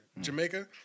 Jamaica